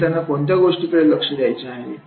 खेळताना कोणत्या गोष्टीकडे लक्ष द्यायचे आहे